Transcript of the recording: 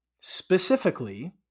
specifically